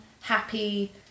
happy